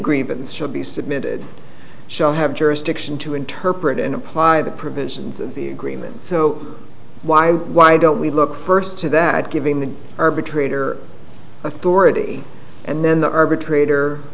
grievance shall be submitted shall have jurisdiction to interpret and apply the provisions of the agreement so why why don't we look first to that giving the arbitrator authority and then the arbitrator